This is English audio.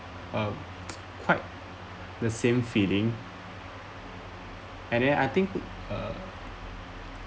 uh quite the same feeling and then I think uh